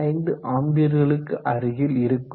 5 ஆம்பியர்களுக்கு அருகில் இருக்கும்